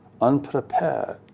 unprepared